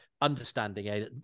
understanding